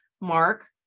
mark